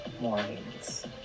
mornings